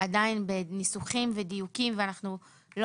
עדיין בניסוחים ודיוקים ואנחנו לא